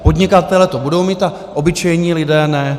Podnikatelé to budou mít a obyčejní lidé ne.